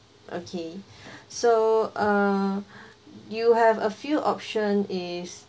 okay so uh you have a few option is